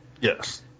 Yes